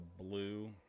blue